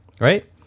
Right